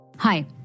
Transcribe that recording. Hi